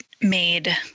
made